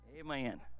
Amen